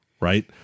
right